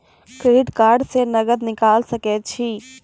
Credit card से नगद निकाल सके छी?